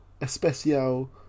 Especial